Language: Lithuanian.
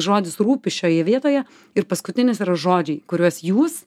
žodis rūpi šioje vietoje ir paskutinis yra žodžiai kuriuos jūs